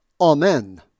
Amen